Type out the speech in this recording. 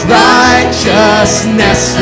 righteousness